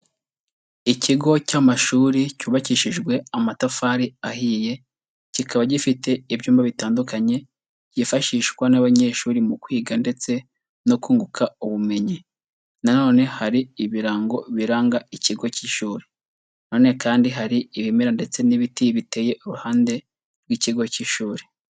Ikigo cy'amashuri cyubakishijwe amatafari ahiye, kikaba gifite ibyumba bitandukanye byifashishwa n'abanyeshuri mu kwiga ndetse no kunguka ubumenyi, na none hari ibirango biranga ikigo cy'ishuri, nanone kandi hari ibimera ndetse n'ibiti biteye iruhande rw'ikigo cy'ishuri.